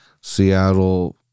Seattle